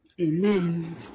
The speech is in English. Amen